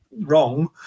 wrong